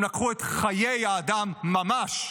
הם לקחו את חיי האדם ממש,